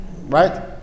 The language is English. Right